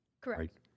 Correct